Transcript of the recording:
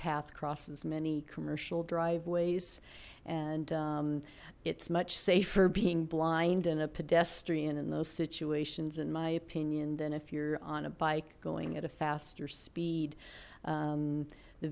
path crosses many commercial driveways and it's much safer being blind and a pedestrian in those situations in my opinion than if you're on a bike going at a faster speed